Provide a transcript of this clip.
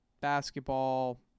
basketball